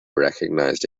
recognized